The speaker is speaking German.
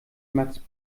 max